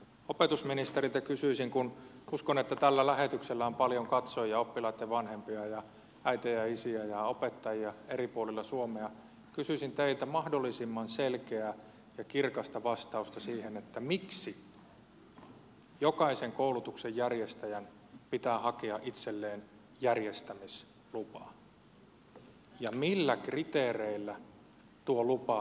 opetusministeriltä kysyisin kun uskon että tällä lähetyksellä on paljon katsojia oppilaitten vanhempia äitejä ja isiä ja opettajia eri puolilla suomea mahdollisimman selkeää ja kirkasta vastausta siihen miksi jokaisen koulutuksen järjestäjän pitää hakea itselleen järjestämislupaa ja millä kriteereillä tuo lupa mahdollisesti tullaan myöntämään